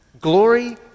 Glory